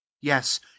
yes